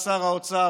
שר האוצר,